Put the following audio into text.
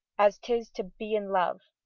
as tis to be in love.